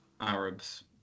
Arabs